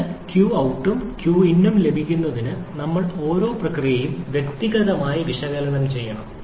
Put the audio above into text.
അതിനാൽ ഈ ക്വ out ട്ടും ക്വിനും ലഭിക്കുന്നതിന് ഞങ്ങൾ ഓരോ പ്രക്രിയയും വ്യക്തിഗതമായി വിശകലനം ചെയ്യണം